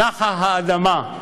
נחה האדמה,